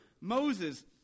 Moses